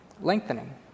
lengthening